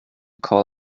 call